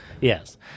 Yes